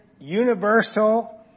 universal